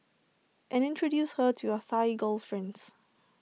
and introduce her to your fine girlfriends